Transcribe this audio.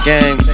Gang